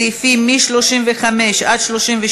הסעיפים מ-35 עד 38,